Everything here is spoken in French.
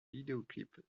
vidéoclips